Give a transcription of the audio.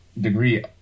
degree